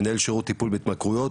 מנהל שירות טיפול בהתמכרויות,